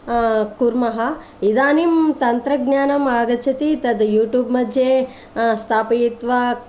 कुर्मः इदानीं तन्त्रज्ञानम् आगच्छति तत् यूट्यूब् मध्ये स्थपयित्वा